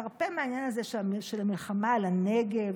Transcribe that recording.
תרפא מהעניין הזה של המלחמה על הנגב,